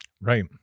right